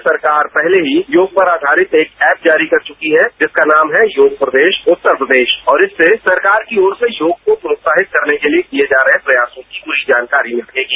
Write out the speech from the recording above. राज्य सरकार पहले ही योग पर आधारित एक ऐप जारी कर चुकी है जिसका नाम है योग प्रदेश उत्तर प्रदेश और इससे सरकार की और से योग को प्रोत्साहित करने के लिए किए जा रहे प्रयासों की पूरी जानकारी मिलेगी